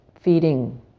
feeding